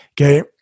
Okay